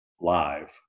live